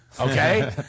Okay